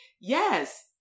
Yes